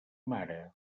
mare